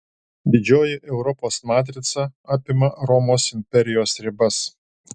didžioji europos matrica apima romos imperijos ribas